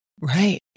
Right